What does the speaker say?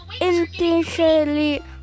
intentionally